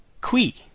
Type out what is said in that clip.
Qui